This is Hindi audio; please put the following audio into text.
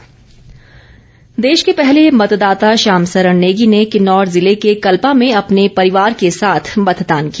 श्याम सरण देश के पहले मतदाता श्याम सरण नेगी ने किन्नौर जिले के कल्पा में अपने परिवार के साथ मतदान किया